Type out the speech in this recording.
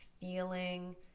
feeling